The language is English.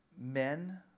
Men